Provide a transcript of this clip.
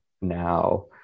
now